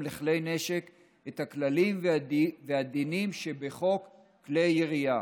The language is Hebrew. לכלי נשק את הכללים והדינים שבחוק כלי ירייה.